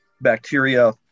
bacteria